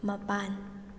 ꯃꯄꯥꯟ